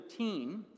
13